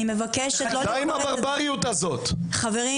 איזה יהירות, שחצנות.